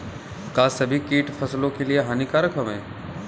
का सभी कीट फसलों के लिए हानिकारक हवें?